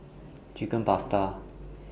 Chicken Pasta